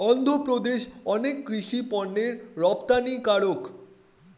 অন্ধ্রপ্রদেশ অনেক কৃষি পণ্যের রপ্তানিকারক